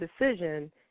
decision